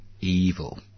Evil